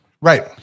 Right